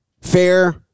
Fair